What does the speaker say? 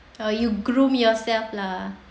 err you groom yourself lah